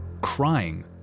crying